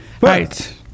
Right